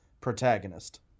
protagonist